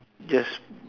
just